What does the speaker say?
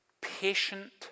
Patient